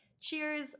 cheers